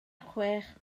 chwech